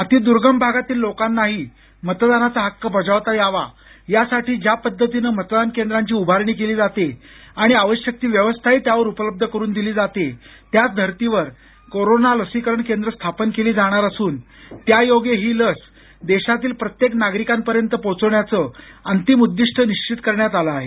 अतिद्र्गम भागातील लोकांनाही मतदानाचा हक्क बजावता यावा यासाठी ज्यापद्धतीने मतदान केंद्रांची उभारणी केली जाते आणि आवश्यक ती व्यवस्थाही उपलब्ध करून दिली जाते त्याच धर्तीवर कोरोना लसीकरण केंद्र स्थापन केली जाणार असून त्यायोगे ही लस देशातील प्रत्येक नागरिकापर्यंत पोचवण्याचं अंतिम उद्दिष्ट निश्वित करण्यात आलं आहे